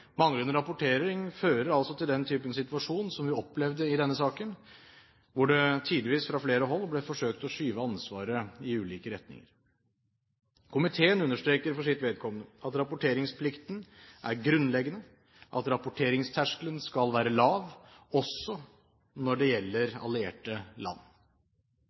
Manglende rapportering fører altså til den typen situasjon som vi opplevde i denne saken, hvor det tidvis fra flere hold ble forsøkt å skyve ansvaret i ulike retninger. Komiteen understreker for sitt vedkommende at «rapporteringsplikten er grunnleggende», og at rapporteringsterskelen skal være lav også når det gjelder allierte land.